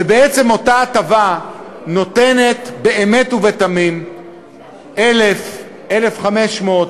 אותה הטבה נותנת באמת ובתמים 1,000, 1,500,